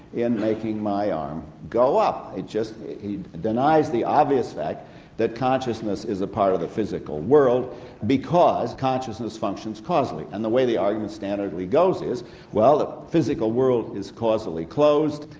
in making my arm go up. it just denies the obvious fact that consciousness is a part of the physical world because consciousness functions causally, and the way the argument standardly goes is well, the physical world is causally closed,